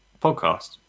podcast